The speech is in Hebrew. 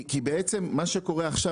מה הבעיה שלכם?